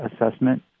assessment